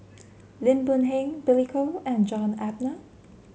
Lim Boon Heng Billy Koh and John Eber